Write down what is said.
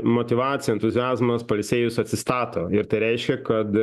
motyvacija entuziazmas pailsėjus atsistato ir tai reiškia kad